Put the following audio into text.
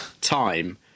time